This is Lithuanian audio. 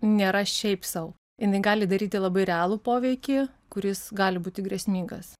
nėra šiaip sau jinai gali daryti labai realų poveikį kuris gali būti grėsmingas